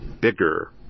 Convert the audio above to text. bigger